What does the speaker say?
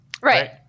Right